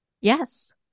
Yes